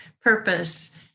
purpose